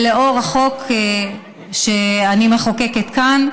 ולאור החוק שאני מחוקקת כאן.